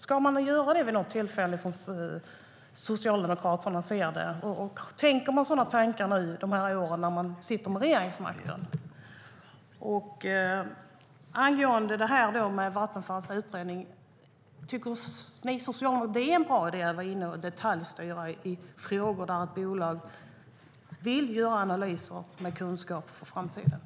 Ska man göra det vid något tillfälle, som Socialdemokraterna ser det? Tänker man sådana tankar nu under de år som man sitter vid regeringsmakten?